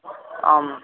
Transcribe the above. ಆಂ